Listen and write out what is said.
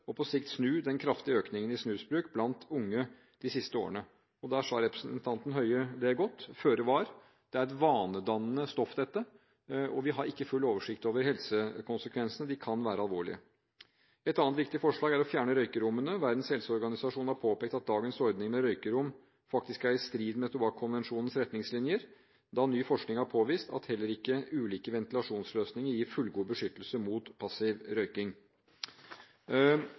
og på sikt snu – den kraftige økningen i snusbruk blant unge de siste årene. Der sa representanten Høie det godt: føre var. Dette er et vanedannende stoff, og vi har ikke full oversikt over helsekonsekvensene. De kan være alvorlige. Et annet viktig forslag er å fjerne røykerommene. Verdens helseorganisasjon har påpekt at dagens ordning med røykerom faktisk er i strid med Tobakkskonvensjonens retningslinjer, da ny forskning har påvist at heller ikke ulike ventilasjonsløsninger gir fullgod beskyttelse mot passiv røyking.